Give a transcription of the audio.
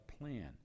plan